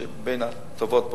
שהיא בין הטובות בעולם.